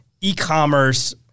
e-commerce